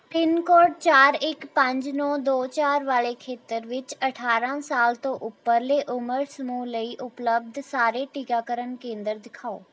pin code ਚਾਰ ਇੱਕ ਪੰਜ ਨੌ ਦੋ ਚਾਰ ਵਾਲੇ ਖੇਤਰ ਵਿੱਚ ਅਠਾਰਾਂ ਸਾਲ ਤੋਂ ਉਪਰਲੇ ਉਮਰ ਸਮੂਹ ਲਈ ਉਪਲਬਧ ਸਾਰੇ ਟੀਕਾਕਰਨ ਕੇਂਦਰ ਦਿਖਾਓ